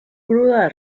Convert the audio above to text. cruda